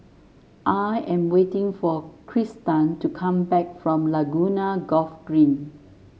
I am waiting for Kristan to come back from Laguna Golf Green